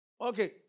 Okay